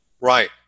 Right